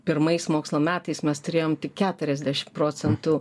pirmais mokslo metais mes turėjom tik keturiasdešim procentų